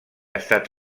estat